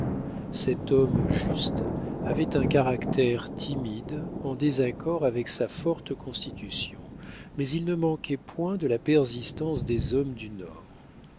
cet homme juste avait un caractère timide en désaccord avec sa forte constitution mais il ne manquait point de la persistance des hommes du nord